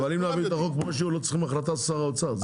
אבל אם מעבירים את החוק שהוא לא צריך החלטת שר האוצר.